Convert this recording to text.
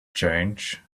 change